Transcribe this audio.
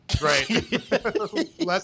right